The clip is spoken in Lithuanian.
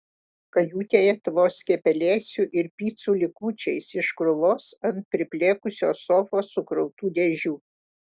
kajutėje tvoskė pelėsiu ir picų likučiais iš krūvos ant priplėkusios sofos sukrautų dėžių